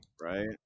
right